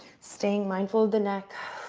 staying mindful of the neck.